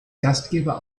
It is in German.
gastgeber